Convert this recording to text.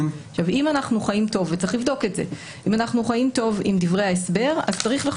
אם אנחנו חיים טובים עם דברי ההסבר וצריך לבדוק את זה